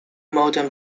modern